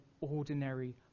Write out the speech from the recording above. ordinary